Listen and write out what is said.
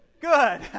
Good